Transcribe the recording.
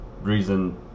reason